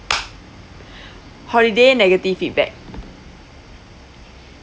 holiday negative feedback